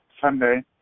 Sunday